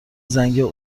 زنگ